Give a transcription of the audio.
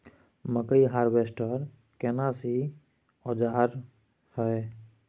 मकई हारवेस्टर केना सी औजार हय?